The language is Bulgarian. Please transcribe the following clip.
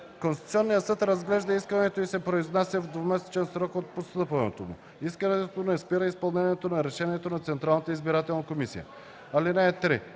Конституционният съд разглежда искането и се произнася в двумесечен срок от постъпването му. Искането не спира изпълнението на решението на Централната